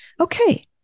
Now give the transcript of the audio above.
Okay